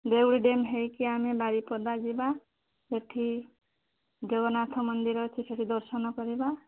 Deuli dam ହେଇକି ଆମେ ବାରିପଦା ଯିବା ସେଠି ଜଗନ୍ନାଥ ମନ୍ଦିର ଅଛି ସେଠି ଦର୍ଶନ କରିବା